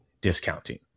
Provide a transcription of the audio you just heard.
discounting